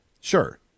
Sure